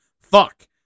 Fuck